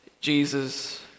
Jesus